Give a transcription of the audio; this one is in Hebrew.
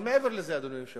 אבל מעבר לזה, אדוני היושב-ראש,